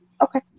Okay